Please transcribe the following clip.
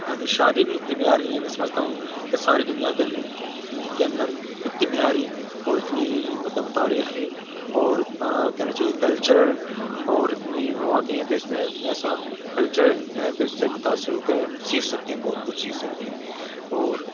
یہاں کی شادی بھی اتنی معیاری ہیں میں سمجھتا ہوں کہ ساری دنیا کے کے اندر اتنی معیاری اور اتنی مطلب تاریخی اور اتنا کہنا چاہیے کلچرل اور اتنی مواقع ہیں تو اس میں ایسا كلچر ہے تو اس سے متأثر ہو كے ہم سیكھ سكتے ہیں بہت کچھ سیکھ سکتے ہیں اور